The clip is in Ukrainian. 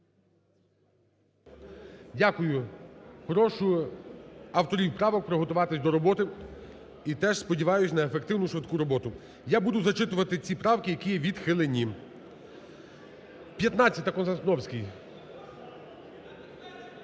Дякую. Прошу авторів правок приготуватися до роботи. І теж сподіваюсь на ефективну, швидку роботу. Я буду зачитувати ці правки, які відхилені. 15-а, Константіновський.